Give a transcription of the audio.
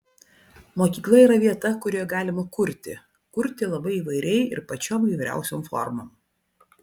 mokykla yra vieta kurioje galima kurti kurti labai įvairiai ir pačiom įvairiausiom formom